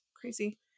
Crazy